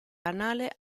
anale